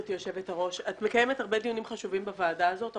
גברתי היושבת-ראש, זה